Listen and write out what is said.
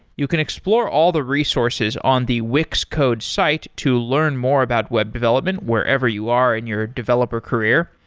you can explore all the resources on the wix code's site to learn more about web development wherever you are in your developer career.